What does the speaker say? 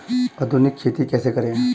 आधुनिक खेती कैसे करें?